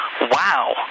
Wow